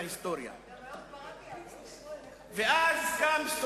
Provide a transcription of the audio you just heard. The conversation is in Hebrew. אחר כך מעבירים אותה לא לוועדת החוקה, שלא קיימת,